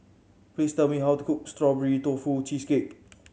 please tell me how to cook Strawberry Tofu Cheesecake